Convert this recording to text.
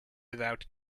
without